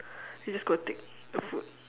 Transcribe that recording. you just go and take the food